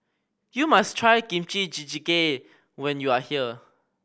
you must try Kimchi Jjigae when you are here